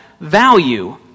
value